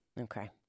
Okay